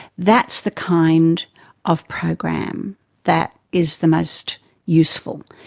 that's the kind of program that is the most useful,